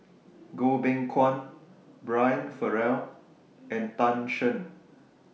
Goh Beng Kwan Brian Farrell and Tan Shen